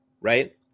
right